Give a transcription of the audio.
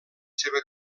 seva